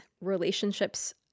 relationships